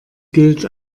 gilt